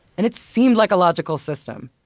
and it seemed like a logical system.